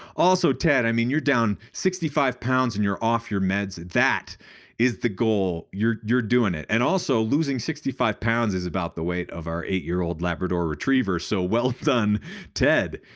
also ted, i mean you're down sixty five pounds and you're off your meds that is the goal you're you're doing it and also losing sixty five pounds is about the weight of our eight year old labrador retriever, so well done ted.